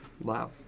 Wow